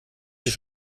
sich